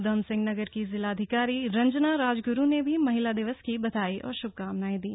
उधमसिंह नगर की जिलाधिकारी रंजना राजगुरू ने भी महिला दिवस की बधाई और श्भकामनाएं दी